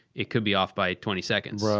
it could be off by twenty seconds,